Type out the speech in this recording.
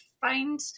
find